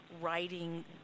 writing